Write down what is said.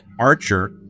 archer